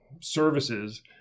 services